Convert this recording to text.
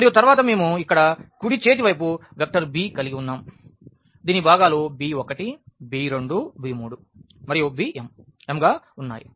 మరియు తర్వాత మేము ఇక్కడ కుడి చేతి వైపు వెక్టర్ b కలిగి వున్నాం దీని భాగాలు b1 b2 b3 మరియు bm గా ఉన్నాయి